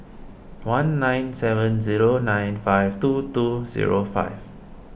one nine seven zero nine five two two zero five